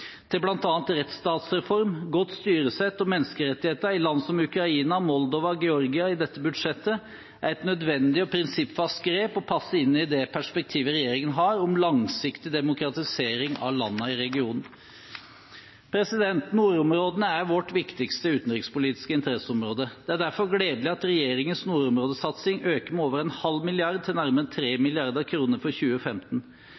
til bl.a. rettsstatsreform, godt styresett og menneskerettigheter i land som Ukraina, Moldova og Georgia i dette budsjettet, er et nødvendig og prinsippfast grep og passer inn i det perspektivet regjeringen har om langsiktig demokratisering av landene i regionen. Nordområdene er vårt viktigste utenrikspolitiske interesseområde. Det er derfor gledelig at regjeringens nordområdesatsing øker med over en halv milliard kroner til nærmere